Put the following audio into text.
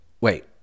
Wait